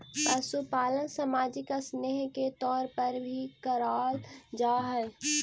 पशुपालन सामाजिक स्नेह के तौर पर भी कराल जा हई